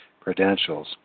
credentials